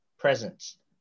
presence